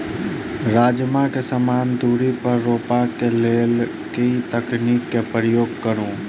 राजमा केँ समान दूरी पर रोपा केँ लेल केँ तकनीक केँ प्रयोग करू?